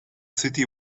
city